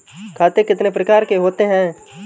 खाते कितने प्रकार के होते हैं?